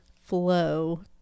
flow